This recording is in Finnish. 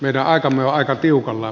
meidän aikamme on aika tiukalla